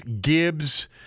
Gibbs